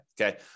Okay